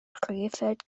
krefeld